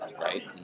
right